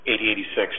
8086